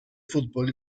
fútbol